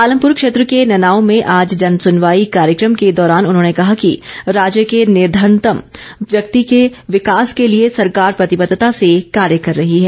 पालमपुर क्षेत्र के ननाओं में आज जन सुनवाई कार्यक्रम के दौरान उन्होंने कहा कि राज्य के निर्धनतम व्यक्ति के विकास के लिए सरकार प्रतिबद्धता से कार्य कर रही है